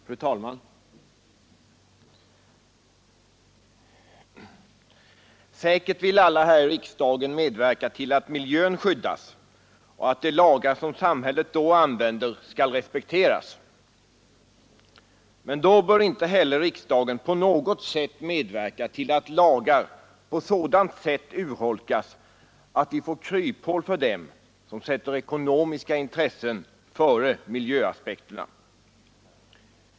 Fru talman! Säkert vill alla här i riksdagen medverka till att miljön skyddas och att de lagar som samhället då använder skall respekteras. Men då bör inte heller riksdagen på något vis medverka till att lagar på sådant sätt urholkas, att vi får kryphål för dem som sätter ekonomiska intressen före miljöaspekterna.